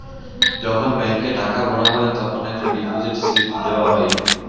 যখন ব্যাংকে টাকা ভরা হয় তখন একটা ডিপোজিট স্লিপ দেওয়া যায়